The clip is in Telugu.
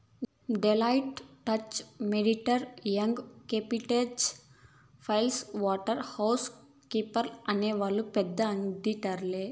Deloitte, Touche Ernst, Young KPMG Price Waterhouse హౌస్ కూపర్స్అనే వాళ్ళు పెద్ద ఆడిటర్లే